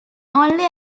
only